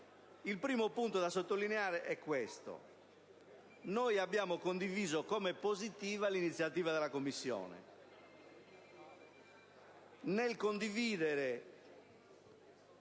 Il primo punto da sottolineare è che abbiamo condiviso positivamente l'iniziativa della Commissione.